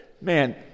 Man